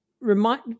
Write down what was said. remind